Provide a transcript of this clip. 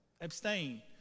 Abstain